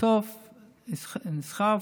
בסוף זה נסחב.